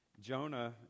Jonah